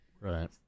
Right